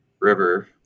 River